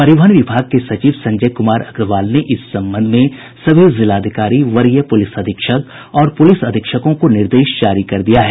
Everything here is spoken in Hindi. परिवहन विभाग के सचिव संजय कुमार अग्रवाल ने इस संबंध में सभी जिलाधिकारी वरीय प्रलिस अधीक्षक और प्रलिस अधीक्षकों को निर्देश जारी कर दिया है